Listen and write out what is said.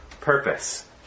purpose